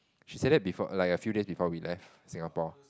she said that before err like a few days before we left Singapore